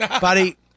Buddy